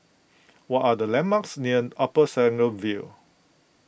what are the landmarks near Upper Serangoon View